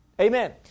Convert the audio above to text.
Amen